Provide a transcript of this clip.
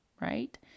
right